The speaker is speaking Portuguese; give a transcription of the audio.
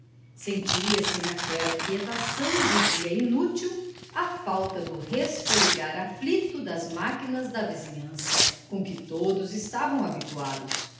sentia-se naquela quietação de dia inútil a falta do resfolegar aflito das máquinas da vizinhança com que todos estavam habituados